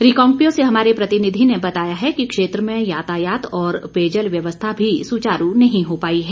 रिकांगपिओ से हमारे प्रतिनिधि ने बताया है कि क्षेत्र में यातायात और पेयजल व्यवस्था भी सुचारू नहीं हो पाई है